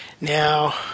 Now